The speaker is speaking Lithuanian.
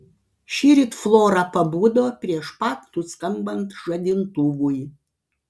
šįryt flora pabudo prieš pat nuskambant žadintuvui